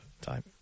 time